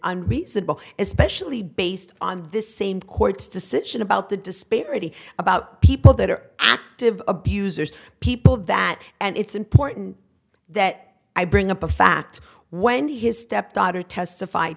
is especially based on the same court decision about the disparity about people that are active abusers people of that and it's important that i bring up a fact when his stepdaughter testif